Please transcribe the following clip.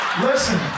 Listen